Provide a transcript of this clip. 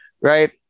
Right